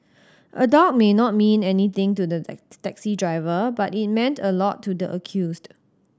a dog may not mean anything to the taxi driver but it meant a lot to the accused